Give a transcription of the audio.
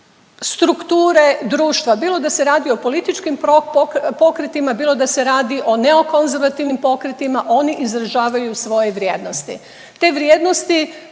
strukture društva bilo da se radi o političkim pokretima, bilo da se radi o neokonzervativnim pokretima oni izražavaju svoje vrijednosti. Te vrijednosti